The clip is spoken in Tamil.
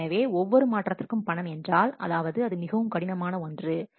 எனவே ஒவ்வொரு மாற்றத்திற்கும் பணம் என்றால் அதாவது அது மிகவும் கடினம் என்று அவர்கள் கூறுவார்கள்